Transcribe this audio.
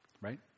right